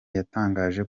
yatangaje